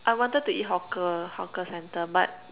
I wanted to eat hawker hawker centre but